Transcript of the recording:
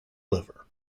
liver